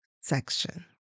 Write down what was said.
section